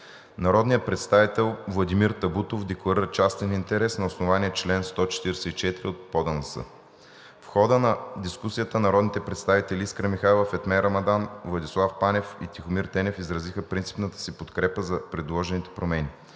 Народният представител Владимир Табутов декларира частен интерес на основание чл. 144 от ПОДНС. В хода на дискусията народните представители Искра Михайлова, Фатме Рамадан, Владислав Панев и Тихомир Тенев изразиха принципната си подкрепа за предложените промени.